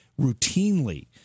routinely